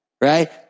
right